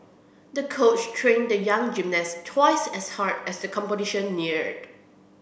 the coach trained the young gymnast twice as hard as the competition neared